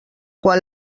quan